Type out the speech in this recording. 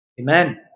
Amen